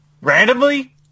randomly